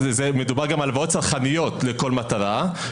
מדובר גם על הלוואות צרכניות לכל מטרה.